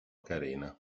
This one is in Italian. carina